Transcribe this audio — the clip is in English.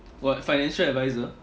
what financial advisor